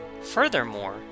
Furthermore